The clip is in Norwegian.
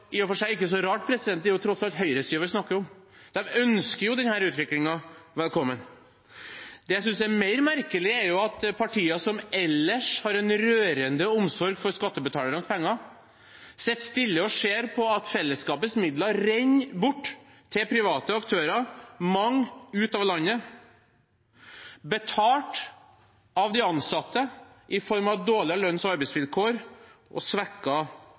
i og for seg, det er tross alt høyresiden vi snakker om. De ønsker jo denne utviklingen velkommen. Det jeg synes er mer merkelig, er at partier som ellers har en rørende omsorg for skattebetalernes penger, sitter stille og ser på at fellesskapets midler renner bort til private aktører, mye går ut av landet, betalt av de ansatte i form av dårligere lønns- og arbeidsvilkår og